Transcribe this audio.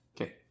Okay